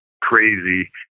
crazy